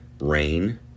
rain